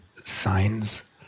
Signs